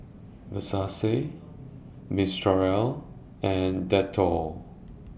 Versace Mistral and Dettol